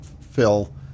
phil